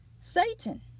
Satan